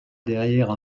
derrière